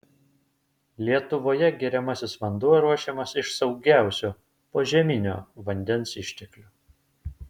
lietuvoje geriamasis vanduo ruošiamas iš saugiausio požeminio vandens išteklių